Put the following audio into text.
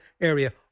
area